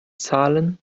zahlen